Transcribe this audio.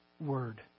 word